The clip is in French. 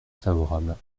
favorable